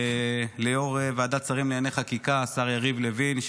ליו"ר ועדת השרים לענייני חקיקה השר יריב לוין,